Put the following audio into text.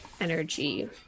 energy